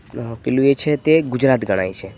પેલું એ છે તે ગુજરાત ગણાય છે